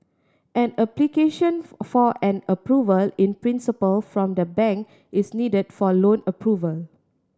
an application for an Approval in Principle from the bank is needed for loan approval